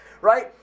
right